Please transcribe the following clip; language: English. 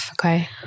Okay